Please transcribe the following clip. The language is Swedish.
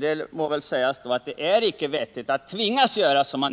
Det må väl då sägas att det inte är vettigt att tvingas göra som nu,